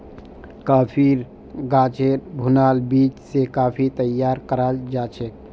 कॉफ़ीर गाछेर भुनाल बीज स कॉफ़ी तैयार कराल जाछेक